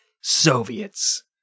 Soviets